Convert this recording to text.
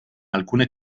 alcune